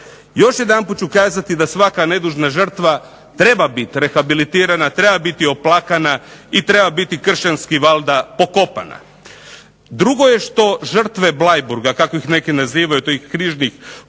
Još jedanput ću kazati da svaka nedužna žrtva treba biti rehabilitirana, treba biti oplakana i treba biti kršćanski valjda pokopana. Drugo je što žrtve Bleiburga, kako ih neki nazivaju, tih križnih